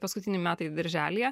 paskutiniai metai birželyje